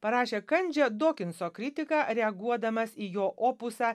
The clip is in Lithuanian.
parašė kandžią dokinso kritiką reaguodamas į jo opusą